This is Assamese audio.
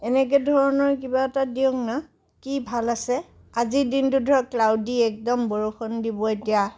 এনেকে ধৰণৰ কিবা এটা দিয়ক না কি ভাল আছে আজি দিনটো ধৰক ক্লাউডি একদম বৰষুণ দিব এতিয়া